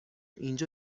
اینجا